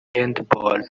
handball